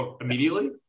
immediately